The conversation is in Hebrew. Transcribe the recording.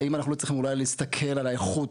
האם אנחנו לא צריכים אולי להסתכל על האיכות.